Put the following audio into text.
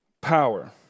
power